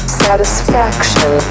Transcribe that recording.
satisfaction